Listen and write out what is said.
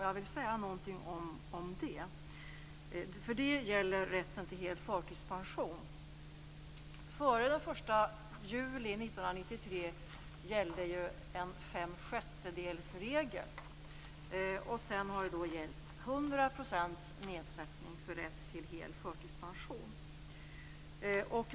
Jag vill säga någonting om det. Det gäller rätten till hel förtidspension. Sedan har 100 % nedsättning gällt för rätt till hel förtidspension.